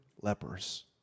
lepers